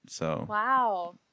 Wow